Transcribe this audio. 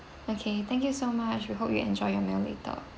okay thank you so much we hope you enjoy your meal later